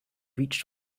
reached